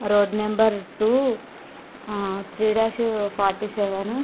road number two three dash forty seven